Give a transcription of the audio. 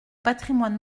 patrimoine